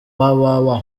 www